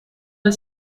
the